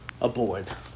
Aboard